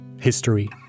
history